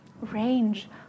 range